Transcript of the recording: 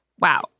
Wow